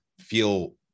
feel